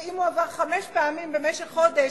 ואם הוא עבר חמש פעמים במשך חודש,